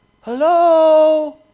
Hello